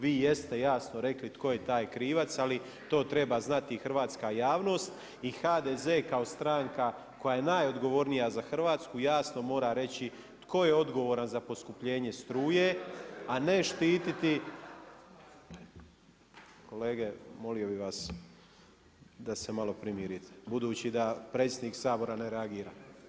Vi i jeste jasno rekli tko je taj krivac ali to treba znati i hrvatska javnost i HDZ kao stranka koja je najodgovornija za Hrvatsku jasno mora reći tko je odgovoran za poskupljenje struje a ne štiti, kolege, molio bih vas da se malo primirite budući da predsjednik Sabora ne reagira.